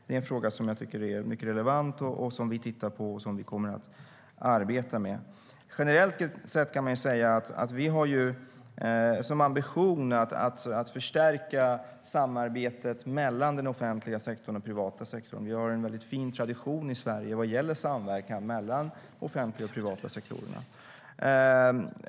Det är en fråga som jag tycker är mycket relevant, som vi tittar på och som vi kommer att arbeta med. Generellt sett kan man säga att vi har som ambition att förstärka samarbetet mellan den offentliga sektorn och den privata sektorn. Vi har en mycket fin tradition i Sverige vad gäller samverkan mellan den offentliga och den privata sektorn.